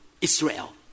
Israel